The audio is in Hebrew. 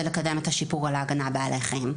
לקדם את השיפור על ההגנה על בעלי החיים.